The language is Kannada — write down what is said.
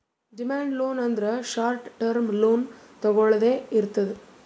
ಡಿಮ್ಯಾಂಡ್ ಲೋನ್ ಅಂದ್ರ ಶಾರ್ಟ್ ಟರ್ಮ್ ಲೋನ್ ತೊಗೊಳ್ದೆ ಇರ್ತದ್